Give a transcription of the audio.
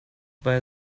bei